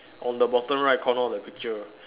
on the bottom right corner of the picture